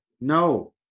No